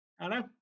Hello